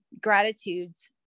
gratitudes